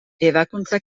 ebakuntza